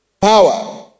Power